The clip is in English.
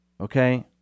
okay